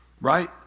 right